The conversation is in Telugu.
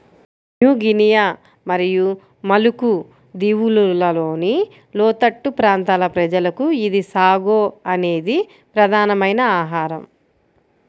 న్యూ గినియా మరియు మలుకు దీవులలోని లోతట్టు ప్రాంతాల ప్రజలకు ఇది సాగో అనేది ప్రధానమైన ఆహారం